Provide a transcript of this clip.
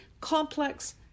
complex